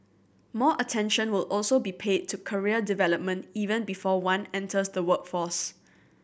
more attention will also be paid to career development even before one enters the workforce